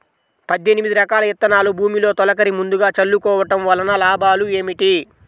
పద్దెనిమిది రకాల విత్తనాలు భూమిలో తొలకరి ముందుగా చల్లుకోవటం వలన లాభాలు ఏమిటి?